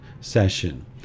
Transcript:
session